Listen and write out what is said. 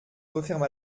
referma